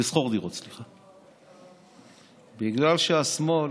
בגלל שהשמאל,